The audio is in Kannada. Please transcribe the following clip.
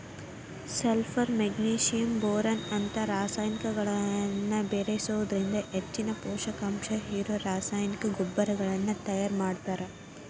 ಸಲ್ಪರ್ ಮೆಗ್ನಿಶಿಯಂ ಬೋರಾನ್ ನಂತ ರಸಾಯನಿಕಗಳನ್ನ ಬೇರಿಸೋದ್ರಿಂದ ಹೆಚ್ಚಿನ ಪೂಷಕಾಂಶ ಇರೋ ರಾಸಾಯನಿಕ ಗೊಬ್ಬರಗಳನ್ನ ತಯಾರ್ ಮಾಡ್ತಾರ